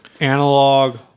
analog